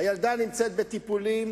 הילדה נמצאת בטיפולים